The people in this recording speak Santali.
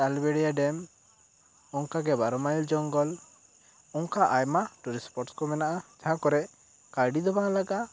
ᱟᱞᱵᱮᱲᱤᱭᱟ ᱰᱮᱢ ᱚᱝᱠᱟ ᱜᱮ ᱵᱟᱨᱚᱢᱚᱭᱮᱞ ᱡᱚᱝᱜᱚᱞ ᱚᱝᱠᱟ ᱟᱭᱢᱟ ᱴᱩᱨᱤᱥᱴ ᱥᱯᱚᱴ ᱠᱚ ᱢᱮᱱᱟᱜᱼᱟ ᱡᱟᱦᱟᱸ ᱠᱚᱨᱮ ᱠᱟᱹᱣᱰᱤ ᱫᱚ ᱵᱟᱝ ᱞᱟᱜᱟᱜᱼᱟ